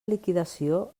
liquidació